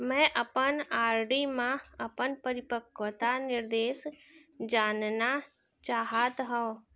मै अपन आर.डी मा अपन परिपक्वता निर्देश जानना चाहात हव